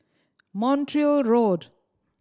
Montreal Road